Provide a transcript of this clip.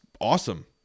awesome